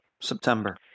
September